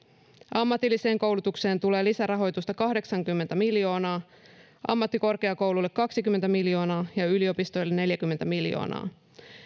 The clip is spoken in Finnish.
ammatilliseen koulutukseen tulee lisärahoitusta kahdeksankymmentä miljoonaa ammattikorkeakouluille kaksikymmentä miljoonaa ja yliopistoille neljäkymmentä miljoonaa